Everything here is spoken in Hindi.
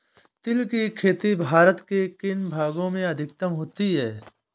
तिल की खेती भारत के किन भागों में अधिकतम होती है?